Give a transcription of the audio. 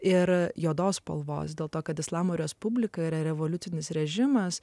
ir juodos spalvos dėl to kad islamo respublika yra revoliucinis režimas